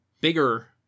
bigger